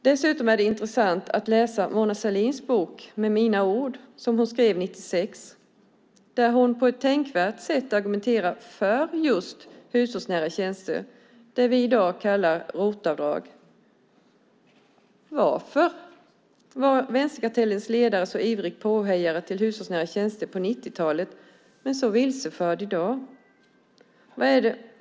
Dessutom är det intressant att läsa Mona Sahlins bok, Med mina ord , som hon skrev 1996, där hon på ett tänkvärt sätt argumenterar för just hushållsnära tjänster, det vi i dag kallar ROT-avdrag. Varför var vänsterkartellens ledare så ivrig påhejare av hushållsnära tjänster på 90-talet, och varför är hon så vilseförd i dag?